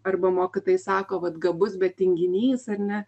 arba mokytojai sako vat gabus bet tinginys ar ne